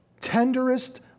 tenderest